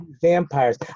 vampires